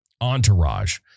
Entourage